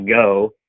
go